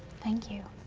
thank you.